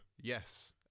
yes